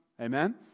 Amen